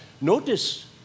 Notice